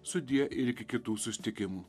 sudie ir iki kitų susitikimų